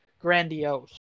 grandiose